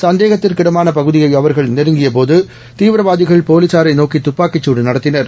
சந்தேகத்திற்கு இடமான பகுதியை அவர்கள் நெருங்கியபோது தீவிரவாதிகள் போலீசாரை நோக்கி துப்பாக்கிச் சூடு நடத்தினர்